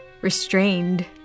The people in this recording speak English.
restrained